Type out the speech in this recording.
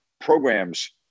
programs